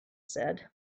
said